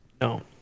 no